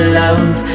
love